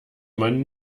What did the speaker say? man